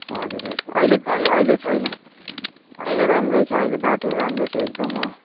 हजुर हजुर अहिले त अहिले छैन अहिले राम्रै छ अहिले बाटोहरू राम्रै छ एकदम हो